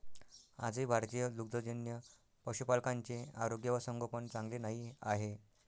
आजही भारतीय दुग्धजन्य पशुपालकांचे आरोग्य व संगोपन चांगले नाही आहे